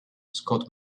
scott